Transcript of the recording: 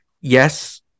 yes